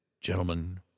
Gentlemen